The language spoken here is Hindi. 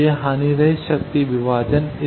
तो यह हानिरहित शक्ति विभाजन है